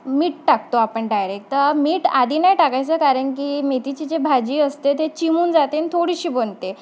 मीठ टाकतो आपण डायरेक तर मीठ आधी नाही टाकायचं कारण की मेथीची जी भाजी असते ते चिमून जाते आणि थोडीशी बनते